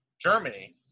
Germany